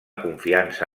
confiança